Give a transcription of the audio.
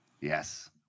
Yes